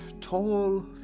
tall